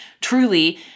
truly